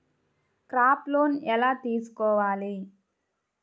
Crop loan ఎలా తీసుకోవాలి?